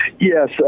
Yes